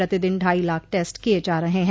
प्रतिदिन ढाई लाख टेस्ट किये जा रहे हैं